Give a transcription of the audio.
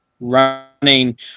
running